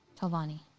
Talvani